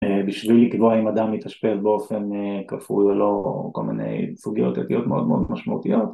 בשביל לקבוע אם אדם מתאשפז באופן כפוי או לא או כל מיני סוגיות אתיות מאוד מאוד משמעותיות